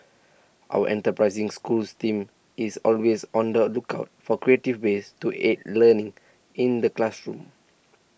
our enterprising Schools team is always on the lookout for creative ways to aid learning in the classroom